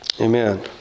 Amen